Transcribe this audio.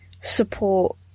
support